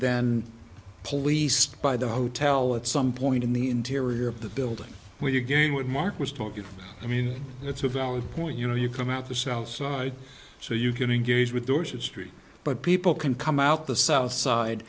then policed by the hotel at some point in the interior of the building where you again with mark was talking i mean it's a valid point you know you come out the south side so you can engage with doors and street but people can come out the south side